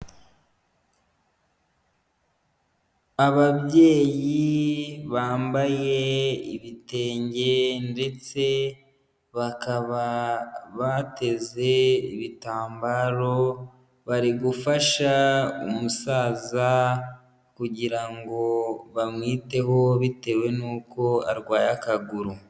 Ababyeyi bambaye ibitenge ndetse bakaba bateze ibitambaro bari gufasha umusaza kugira ngo bamwiteho bitewe nuko arwaye akaguru.